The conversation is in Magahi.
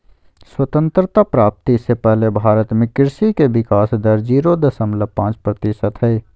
स्वतंत्रता प्राप्ति से पहले भारत में कृषि के विकाश दर जीरो दशमलव पांच प्रतिशत हई